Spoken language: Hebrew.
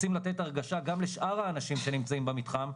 רוצים לתת הרגשה גם לשאר האנשים שנמצאים במתחם,